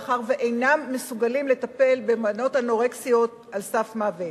מאחר שאינם מסוגלים לטפל בבנות אנורקטיות על סף מוות.